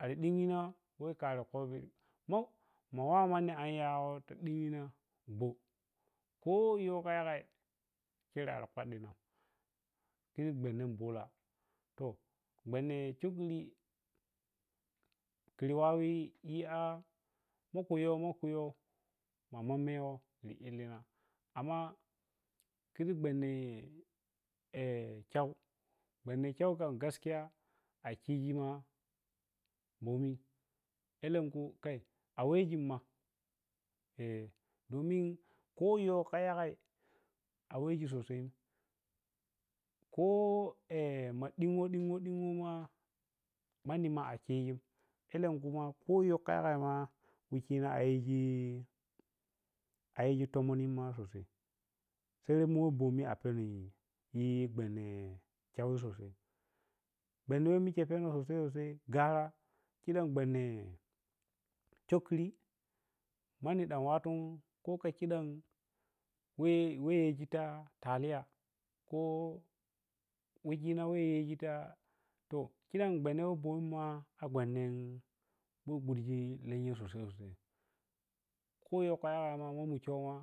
Ari ɗiktina weh kharo khobiri ma wa manni anyawo ti dikhina gwo kho yoh kha yagai khire arkhodɗina to gwanne bulah to gwanne shukhuri kuri waweh diya makhu yoh makhu yoh ma man meghe khiri illinah amma khiʒi gwanne kyau kyau khan gaskiya akhi gi ma bomi alenkhu a wehgi ma adama so sai kho ma dinwo dinwo ma manni ma a khijim alenkhu kho kha yoh yagai ma wikhima a yiji tomoni ma so sai serep mu bomi apheno yi gwanne kyau sosai gwanne weh mikhe phenan so sai so sai sara khidan gwanne khukuri manni khan wattu kho kha khidan weh-weh yeji ta taliya kho wikhina weh yeji ta to khiram gwanne weh bomi ma a gwanne gurji lenya so sai so sai kho kha yagai ma kyo ma